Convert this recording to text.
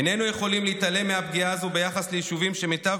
איננו יכולים להתעלם מהפגיעה הזו ביחס ליישובים שמיטב